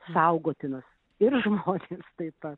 saugotinas ir žmonės taip pat